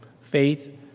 faith